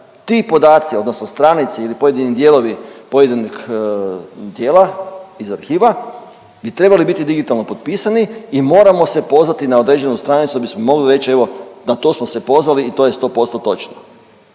ti podaci odnosno stranice ili pojedini dijelovi pojedinog dijela iz arhiva bi trebali biti digitalno potpisani i moramo se pozvati na određenu stranicu da bismo mogli reći evo na to smo se pozvali i to je 100% točno.